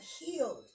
healed